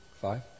five